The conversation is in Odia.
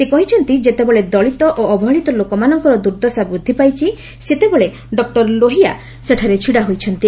ସେ କହିଛନ୍ତି ଯେତେବେଳେ ଦଳିତ ଓ ଅବହେଳିତ ଲୋକମାନଙ୍କର ଦୁର୍ଦ୍ଦଶା ବୃଦ୍ଧି ପାଇଛି ସେତେବେଳେ ଡକ୍ଟର ଲୋହିଆ ସେଠାରେ ଛିଡ଼ାହୋଇଛନ୍ତି